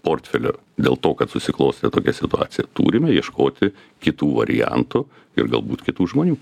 portfelio dėl to kad susiklostė tokia situacija turime ieškoti kitų variantų ir galbūt kitų žmonių